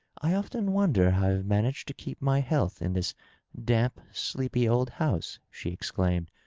i often wonder how ive managed to keep my health in this damp, sleepy old house, she exclaimed,